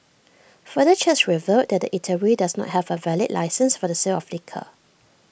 further checks revealed that the eatery does not have A valid licence for the sale of liquor